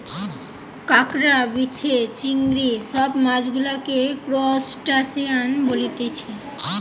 কাঁকড়া, বিছে, চিংড়ি সব মাছ গুলাকে ত্রুসটাসিয়ান বলতিছে